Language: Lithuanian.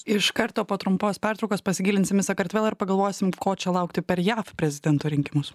iš karto po trumpos pertraukos pasigilinsim į sakartvelą ir pagalvosim ko čia laukti per jav prezidento rinkimus